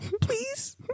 please